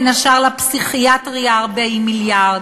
בין השאר לפסיכיאטריה 40 מיליון,